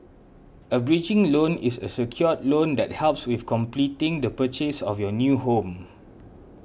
a bridging loan is a secured loan that helps with completing the purchase of your new home